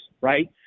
right